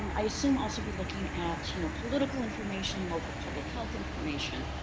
um i assume also be looking at you know political information, local public health information,